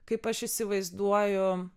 kaip aš įsivaizduoju